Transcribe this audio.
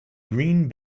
green